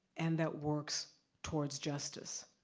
and that works towards justice.